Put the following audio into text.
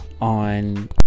on